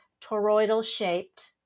toroidal-shaped